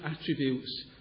attributes